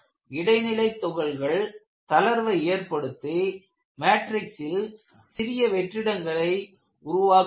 இடைநிலை துகள்கள் தளர்வை ஏற்படுத்தி மேட்ரிக்சில் சிறிய வெற்றிடங்களை உருவாக்குகிறது